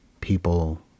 people